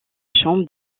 chambre